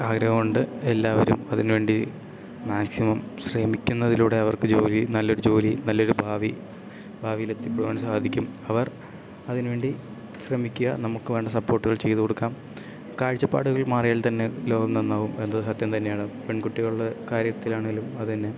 ആഗ്രഹം ഉണ്ട് എല്ലാവരും അതിന് വേണ്ടി മാക്സിമം ശ്രമിക്കുന്നതിലൂടെ അവർക്ക് ജോലി നല്ലൊരു ജോലി നല്ലൊരു ഭാവി ഭാവിയിലെത്തിപ്പെടുവാൻ സാധിക്കും അവർ അതിന് വേണ്ടി ശ്രമിക്കുക നമുക്ക് വേണ്ട സപ്പോർട്ടുകൾ ചെയ്ത് കൊടുക്കാം കാഴ്ചപ്പാടുകൾ മാറിയാൽ തന്നെ ലോകം നന്നാവും എന്നത് സത്യം തന്നെയാണ് പെൺകുട്ടികളുടെ കാര്യത്തിലാണെങ്കിലും അത് തന്നെ